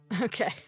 Okay